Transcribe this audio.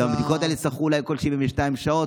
את הבדיקות האלה יצטרכו, אולי, כל 72 שעות.